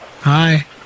Hi